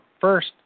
First